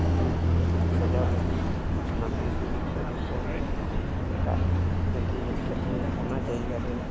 ᱵᱤᱨᱼᱵᱩᱨᱩ ᱥᱟᱡᱟᱣ ᱞᱮᱱᱟ ᱚᱱᱟ ᱵᱤᱨᱼᱵᱩᱨᱩ ᱠᱚ ᱡᱚᱛᱚ ᱮᱴᱟᱜ ᱡᱟᱹᱛᱤ ᱦᱮᱡ ᱠᱟᱛᱮᱫ ᱚᱱᱟ ᱡᱟᱭᱜᱟᱨᱮ